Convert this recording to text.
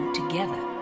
together